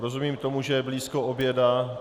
Rozumím tomu, že je blízko oběda.